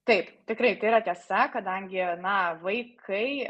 taip tikrai tai yra tiesa kadangi na vaikai